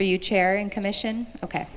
for you chair and commission ok